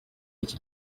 iki